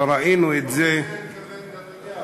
וראינו את זה, לא לזה התכוון נתניהו.